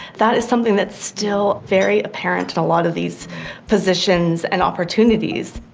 that is something that's still very apparent in a lot of these positions and opportunities.